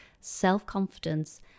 self-confidence